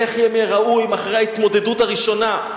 איך הם ייראו אחרי ההתמודדות הראשונה?